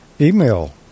Email